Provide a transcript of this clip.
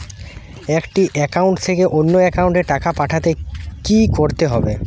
একটি একাউন্ট থেকে অন্য একাউন্টে টাকা পাঠাতে কি করতে হবে?